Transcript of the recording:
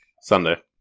Sunday